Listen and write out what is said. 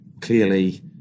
Clearly